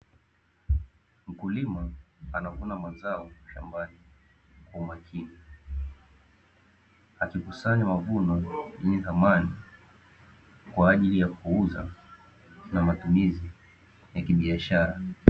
Mkulima anavuna mazao shambani kwa umakini, akikusanya mavuno yenye thamani, kwa ajili ya kuuza na matumizi ya kibiashara.